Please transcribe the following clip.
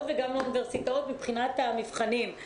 וגם לאוניברסיטאות מבחינת המבחנים.